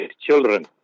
children